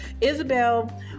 Isabel